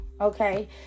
Okay